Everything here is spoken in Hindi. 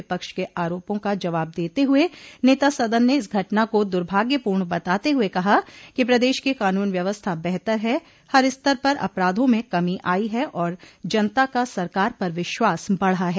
विपक्ष के आरोपा का जवाब देते हुए नेता सदन ने इस घटना को दुर्भाग्यपूर्ण बताते हुए कहा कि प्रदेश की कानून व्यवस्था बेहतर है हर स्तर पर अपराधों में कमी आई है और जनता का सरकार पर विश्वास बढ़ा है